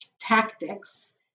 tactics